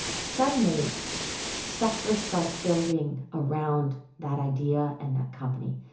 suddenly sectors start building around that idea and that company,